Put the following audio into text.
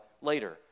later